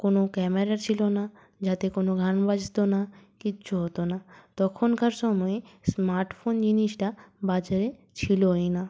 কোন ক্যামেরা ছিল না যাতে কোনো গান বাজত না কিচ্ছু হতো না তখনকার সময়ে স্মার্টফোন জিনিসটা বাজারে ছিলই না